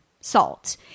salt